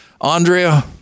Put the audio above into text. Andrea